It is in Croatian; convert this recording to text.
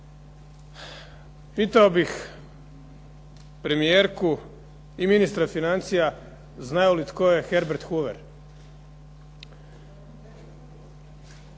Pitao bih premijerku i ministra financija znaju li tko je Herbert Hoover?